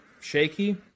shaky